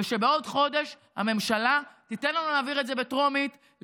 ושבעוד חודש הממשלה תיתן לנו להעביר את זה בטרומית,